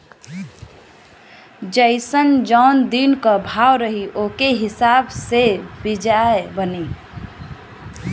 जइसन जौन दिन क भाव रही ओके हिसाब से बियाज बनी